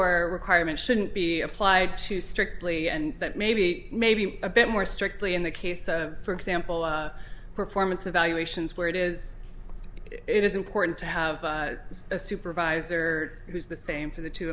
our requirement shouldn't be applied to strictly and that maybe maybe a bit more strictly in the case of for example performance evaluations where it is it is important to have a supervisor who is the same for the two